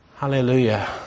Hallelujah